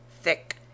thick